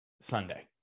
Sunday